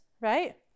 right